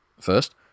first